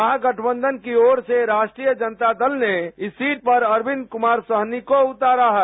महागठबंधन की ओर से राष्ट्रीय जनता दल ने इस सीट पर अरविंद कमार सहनी को उतारा है